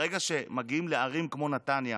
ברגע שמגיעים לערים כמו נתניה